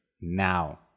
now